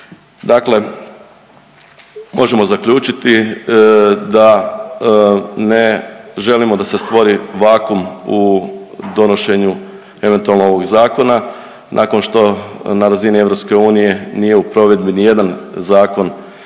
Dakle, možemo zaključiti da ne želimo da se stvori vakuum u donošenju eventualno ovog zakona. Nakon što na razini EU nije u provedbi nijedan zakon